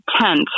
tent